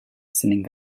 sending